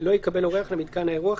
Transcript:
לא יקבל אורח למיתקן האירוח,